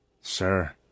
Sir